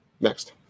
Next